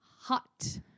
Hot